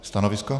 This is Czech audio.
Stanovisko?